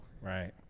Right